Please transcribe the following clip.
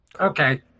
Okay